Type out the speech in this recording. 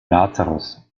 lazarus